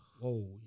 Whoa